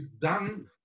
done